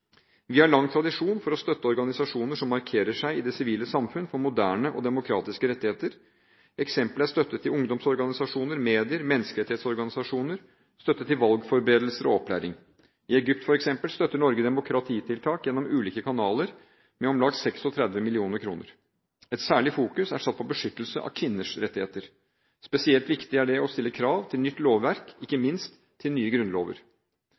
Vi har lang tradisjon for å støtte organisasjoner som markerer seg i det sivile samfunnet for moderne, demokratiske rettigheter. Eksempler er støtte til ungdomsorganisasjoner, medier, menneskerettighetsorganisasjoner, støtte til valgforberedelser og opplæring. I Egypt, f.eks., støtter Norge demokratitiltak gjennom ulike kanaler med om lag 36 mill. kr. Et særlig fokus er satt på beskyttelse av kvinners rettigheter. Spesielt viktig er det å stille krav til nytt lovverk, ikke minst til nye grunnlover.